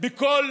בכל